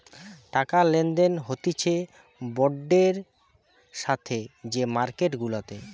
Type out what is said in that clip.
টাকা লেনদেন হতিছে বন্ডের সাথে যে মার্কেট গুলাতে